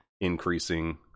increasing